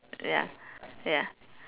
ya ya